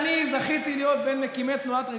אני עוקב אחרי ראיונותיך